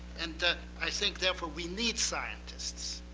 and i think, therefore, we need scientists.